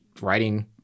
writing